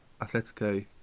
Atletico